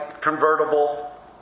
convertible